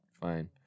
Fine